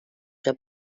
que